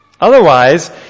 Otherwise